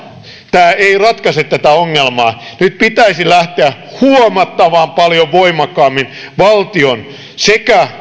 tämä ei ratkaise tätä ongelmaa nyt pitäisi lähteä huomattavan paljon voimakkaammin sekä